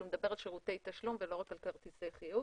הוא מדבר על שירותי תשלום ולא רק על כרטיסי חיוב.